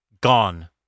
Gone